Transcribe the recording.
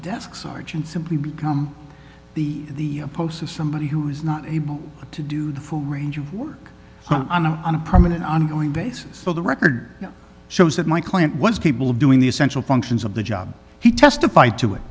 desk sergeant simply become the post of somebody who is not able to do the full range of work on a on a permanent ongoing basis so the record shows that my client was capable of doing the essential functions of the job he testified to it